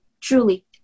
truly